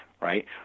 right